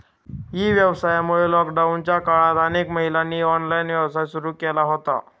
E व्यवसायामुळे लॉकडाऊनच्या काळात अनेक महिलांनी ऑनलाइन व्यवसाय सुरू केला होता